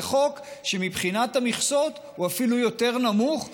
זה חוק שמבחינת המכסות הן אפילו יותר נמוכות